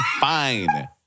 fine